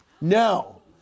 no